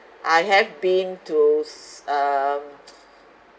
I have been to s~ um